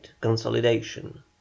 Consolidation